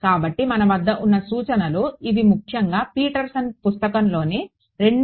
కాబట్టి మన వద్ద ఉన్న సూచనలు ఇవి ముఖ్యంగా పీటర్సన్ పుస్తకంలోని 2